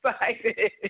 excited